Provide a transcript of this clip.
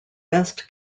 best